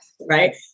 right